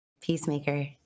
peacemaker